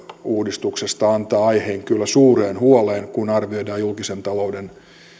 uudistuksesta antaa aiheen kyllä suureen huoleen kun arvioidaan julkisen talouden